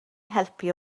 helpu